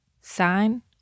Sign